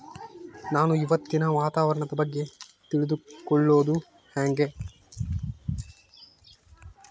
ನಾನು ಇವತ್ತಿನ ವಾತಾವರಣದ ಬಗ್ಗೆ ತಿಳಿದುಕೊಳ್ಳೋದು ಹೆಂಗೆ?